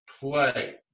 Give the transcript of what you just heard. play